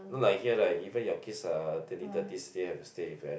not like here like even your kids are twenty thirties still have to stay with parent